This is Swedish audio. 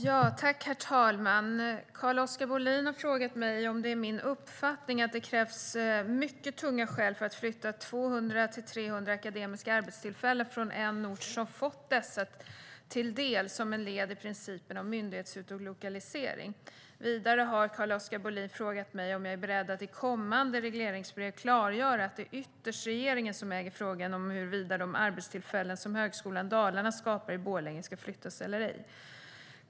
Herr talman! Carl-Oskar Bohlin har frågat mig om det är min uppfattning att det krävs mycket tunga skäl för att flytta 200-300 akademiska arbetstillfällen från en ort som fått dessa till del som ett led i principen om myndighetsutlokalisering. Vidare har Carl-Oskar Bohlin frågat mig om jag är beredd att i kommande regleringsbrev klargöra att det ytterst är regeringen som äger frågan om huruvida de arbetstillfällen som Högskolan Dalarna skapar i Borlänge ska flyttas eller ej.